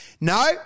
no